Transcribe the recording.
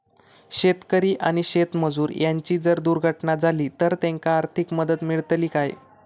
शेतकरी आणि शेतमजूर यांची जर दुर्घटना झाली तर त्यांका आर्थिक मदत मिळतली काय?